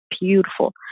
beautiful